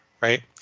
right